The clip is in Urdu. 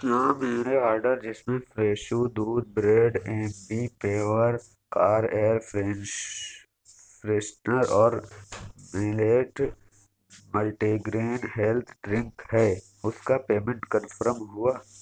کیا میرے آرڈر جس میں فریشو دودھ bread Ambi Pur car air french freshener اور millet multi green health drink ہے اس کا پیمنٹ کنفرم ہوا